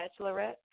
bachelorette